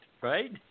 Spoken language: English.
right